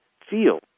feel